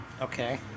Okay